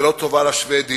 זה לא טובה לשבדים,